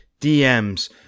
DMs